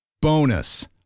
Bonus